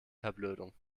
verblödung